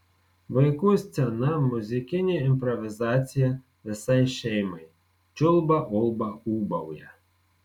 vaikų scena muzikinė improvizacija visai šeimai čiulba ulba ūbauja